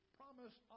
promise